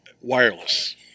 Wireless